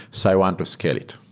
so i want to scale it,